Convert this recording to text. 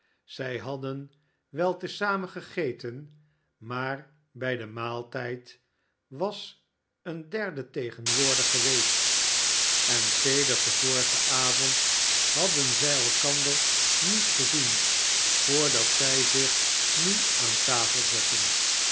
zij hadden wel te zamen gegeten maar bij den maaltijd was een derde tegenwoordig geweest en sedert den vorigen avond hadden zij elkander niet gezien voordat zij zich nu aan tafel zetten